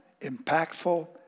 impactful